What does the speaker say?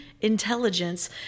intelligence